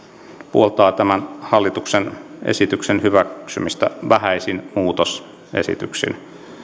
puoltaa tämän hallituksen esityksen hyväksymistä vähäisin muutosesityksin